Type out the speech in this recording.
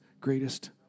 greatest